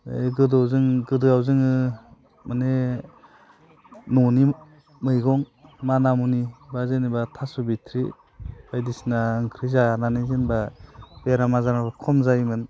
बै गोदोआव जों गोदोआव जोङो माने न'नि मैगं माना मुनि बा जेनोबा थास' बिथ्रि बायदिसिना ओंख्रि जानानै जेनोबा बेमार आजारा खम जायोमोन